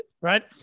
Right